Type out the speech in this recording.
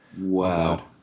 wow